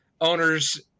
owner's